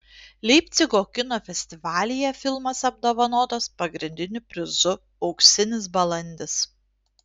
leipcigo kino festivalyje filmas apdovanotas pagrindiniu prizu auksinis balandis